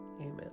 Amen